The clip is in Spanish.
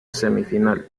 semifinal